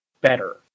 better